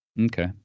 Okay